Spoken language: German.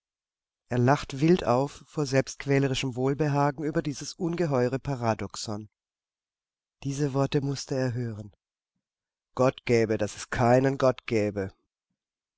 er lacht wild auf vor selbstquälerischem wohlbehagen über dieses ungeheuere paradoxon diese worte muß er hören gott gebe daß es keinen gott gäbe